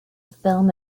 film